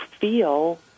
feel